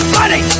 money